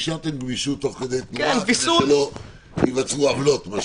השארתם גמישות תוך כדי תנועה כדי שלא ייווצרו עוולות.